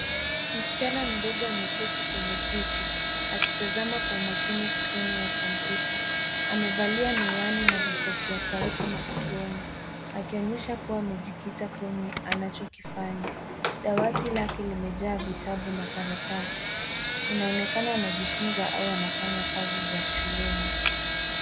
Msichana mdogo ameketi kwenye kiti akitazama kwa umakini skrini ya kompyuta. Amevalia miwani na vipokea sauti masikioni akionyesha kuwa amejikita kwenye anachokifanya. Dawati lake limejaa vitabu na karatasi inaonekana anajifunza au anafanya kazi za shuleni.